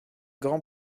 grand